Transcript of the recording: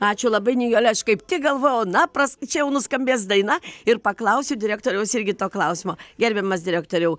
ačiū labai nijole aš kaip tik galvojau na pras čia jau nuskambės daina ir paklausiu direktoriaus irgi to klausimo gerbiamas direktoriau